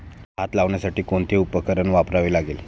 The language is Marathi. भात लावण्यासाठी कोणते उपकरण वापरावे लागेल?